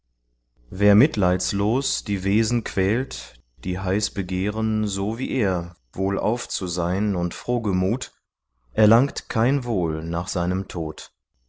wer mitleidslos die wesen quält die heiß begehren so wie er wohlauf zu sein und frohgemut erlangt kein wohl nach seinem tod